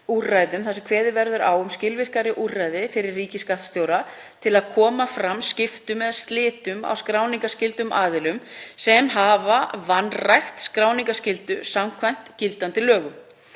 vegar verður kveðið á um skilvirkari úrræði fyrir ríkisskattstjóra til að koma fram skiptum eða slitum á skráningarskyldum aðilum sem hafa vanrækt skráningarskyldu samkvæmt gildandi lögum.